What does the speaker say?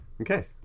Okay